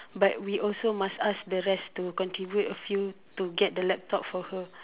but we also must ask the rest to contribute a few to get the laptop for her